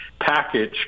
package